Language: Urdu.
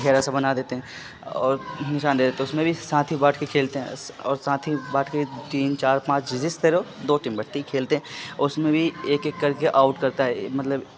گھیرا سا بنا دیتے ہیں اور نشان دے دیتے ہیں اس میں بھی ساتھی بانٹ کے کھیلتے ہیں اور ساتھی بانٹ کے تین چار پانچ جس طرح دو ٹیم بٹ کے ہی کھیلتے ہیں اور اس میں بھی ایک ایک کر کے آؤٹ کرتا ہے مطلب